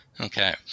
Okay